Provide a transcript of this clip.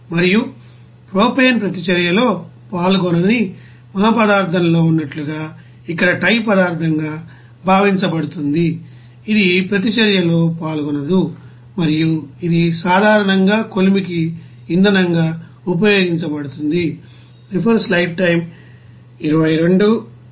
మరియు ప్రొపేన్ ప్రతిచర్యలో పాల్గొనని మా పదార్థంలో ఉన్నట్లుగా ఇక్కడ టై పదార్ధంగా భావించబడుతుంది ఇది ప్రతిచర్యలో పాల్గొనదు మరియు ఇది సాధారణంగా కొలిమికి ఇంధనంగా ఉపయోగించబడుతోంది